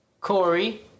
Corey